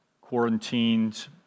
quarantined